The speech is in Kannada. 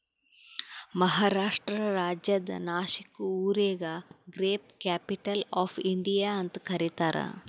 ಮಹಾರಾಷ್ಟ್ರ ರಾಜ್ಯದ್ ನಾಶಿಕ್ ಊರಿಗ ಗ್ರೇಪ್ ಕ್ಯಾಪಿಟಲ್ ಆಫ್ ಇಂಡಿಯಾ ಅಂತ್ ಕರಿತಾರ್